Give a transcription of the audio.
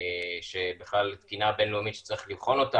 בכלל תקינה בין-לאומית שצריך לבחון אותה